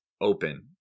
open